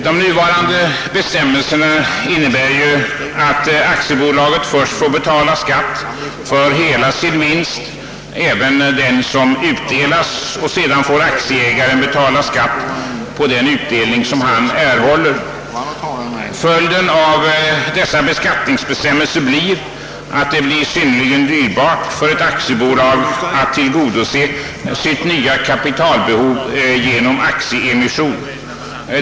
De nuvarande bestämmelserna innebär att aktiebolaget först får betala skatt för hela sin vinst, även för den del därav som ut delas, och sedan får aktieägaren betala skatt på den utdelning han erhåller. Följden av dessa beskattningsbestämmelser blir att det ställer sig synnerligen dyrbart för ett aktiebolag att tillgodose nya kapitalbehov genom aktieemission.